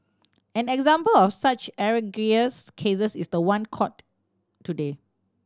an example of such egregious cases is the one court today